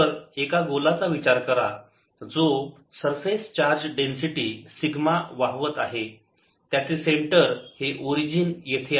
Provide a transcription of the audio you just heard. तर एका गोलाचा विचार करा जो सरफेस चार्ज डेन्सिटी सिग्मा वाहवत आहे त्याचे सेंटर हे ओरिजीन येथे आहे